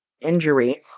injury